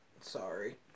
Sorry